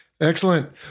Excellent